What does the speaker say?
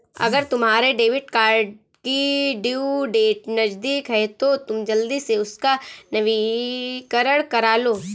अगर तुम्हारे debit card की ड्यू डेट नज़दीक है तो तुम जल्दी से उसका नवीकरण करालो